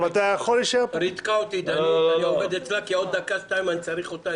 בקשת יושבת-ראש ועדת הפנים והגנת הסביבה